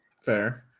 Fair